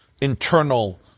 internal